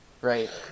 Right